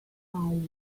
are